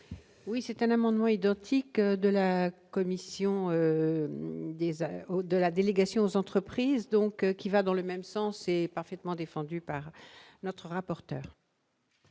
Oui, c'est un amendement identique de la commission des à de la délégation aux entreprises, donc qui va dans le même sens et parfaitement défendu par notre rapporteur.